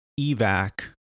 evac